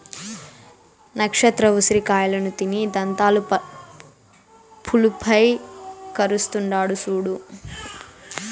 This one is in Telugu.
నచ్చత్ర ఉసిరి కాయలను తిని దంతాలు పులుపై కరస్తాండాడు సూడు